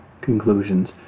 conclusions